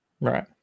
Right